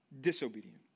disobedient